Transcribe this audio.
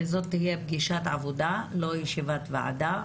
זאת תהיה פגישת עבודה, לא ישיבת ועדה.